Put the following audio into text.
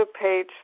page